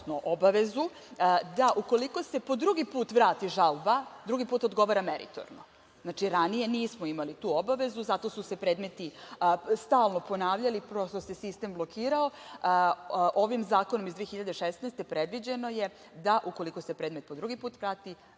obavezu da ukoliko se po drugi put vrati žalba, drugi put odgovara meritorno. Znači, ranije nismo imali tu obavezu i zato su se predmeti stalno ponavljali, prosto se sistem blokirao. Ovim zakonom iz 2016. godine, predviđeno je da ukoliko se predmet po drugi put vrati,